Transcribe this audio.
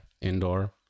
indoor